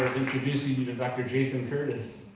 introducing you to dr. jason curtis.